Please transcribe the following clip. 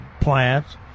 plants